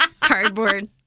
cardboard